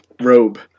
robe